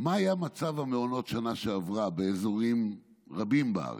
מה היה מצב המעונות בשנה שעברה באזורים רבים בארץ,